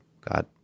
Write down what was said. God